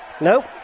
Nope